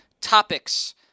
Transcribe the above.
topics